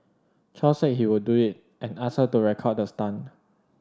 Chow said he would do it and asked her to record the stunt